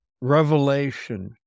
revelation